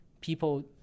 people